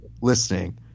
listening